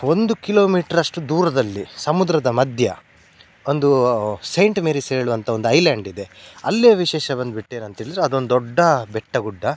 ಒಂದು ಕಿಲೋಮೀಟ್ರಷ್ಟು ದೂರದಲ್ಲಿ ಸಮುದ್ರದ ಮಧ್ಯೆ ಒಂದು ಸೈಂಟ್ ಮೇರಿಸ್ ಹೇಳುವಂಥ ಒಂದು ಐಲ್ಯಾಂಡ್ ಇದೆ ಅಲ್ಲಿಯ ವಿಶೇಷ ಬಂದ್ಬಿಟ್ಟು ಏನಂತೇಳಿದರೆ ಅದೊಂದು ದೊಡ್ಡ ಬೆಟ್ಟ ಗುಡ್ಡ